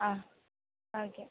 ആ ഓക്കെ